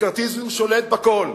מקארתיזם שולט בכול,